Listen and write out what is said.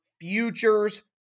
futures